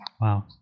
Wow